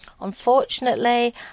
Unfortunately